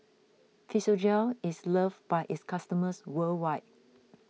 Physiogel is loved by its customers worldwide